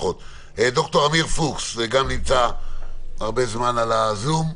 ד"ר עמיר פוקס גם נמצא הרבה זמן בזום,